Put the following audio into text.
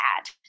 add